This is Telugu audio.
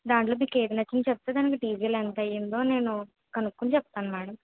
దాంట్లో మీకు ఏది నచ్చింది చెప్తే దానికి డీజిల్ ఎంత అయ్యిందో నేను కనుక్కొని చెప్తాను మేడం